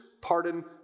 pardon